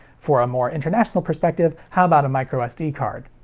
for a more international perspective, how about a micro sd card?